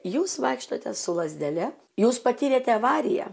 jūs vaikštote su lazdele jūs patyrėte avariją